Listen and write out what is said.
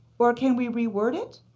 or can we reword it?